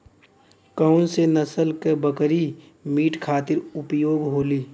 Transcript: कौन से नसल क बकरी मीट खातिर उपयोग होली?